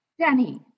Danny